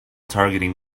targeting